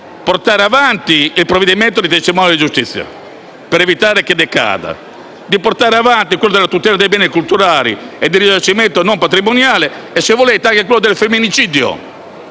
portare avanti il provvedimento sui testimoni di giustizia per evitare che decada; di portare avanti quello sulla tutela dei beni culturali e del risarcimento non patrimoniale e, se volete, anche quello sul femminicidio